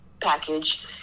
Package